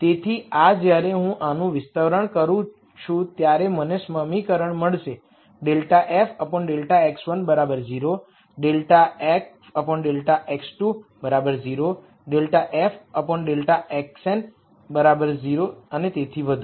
તેથી આ જ્યારે હું આનું વિસ્તરણ કરું ત્યારે મને સમીકરણો મળશે ∂f ∂x1 બરાબર 0 ∂f ∂x2 બરાબર 0 ∂f∂x1 0 અને તેથી વધુ